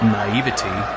naivety